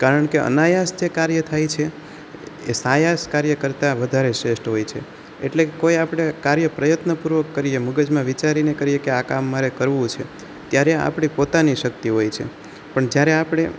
કારણ કે અનાયાસ જે કાર્ય થાય છે એ સાયાસ કાર્ય કરતાં વધારે શ્રેષ્ઠ હોય છે એટલે કોઈ આપણે કાર્ય પ્રયત્નપૂર્વક કરીએ મગજમાં વિચારીને કરીએ કે આ કામ મારે કરવું છે ત્યારે એ આપણી પોતાની શક્તિ હોય છે પણ જ્યારે આપણે